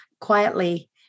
quietly